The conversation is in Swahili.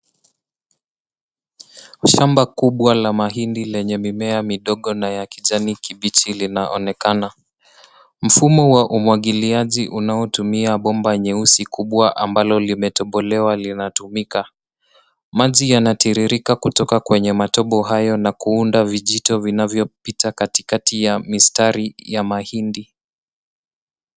Shamba kubwa la mahindi lenye mimea midogo na ya kijani kibichi linaonekana. Mfumo wa umwagiliaji unaotumia bomba nyeusi kubwa ambalo limetobolewa linatumika. Maji yanatiririka kutoka kwenye matobo hayo na kuunda vijito vinavyopita katikati ya mistari ya mahindi.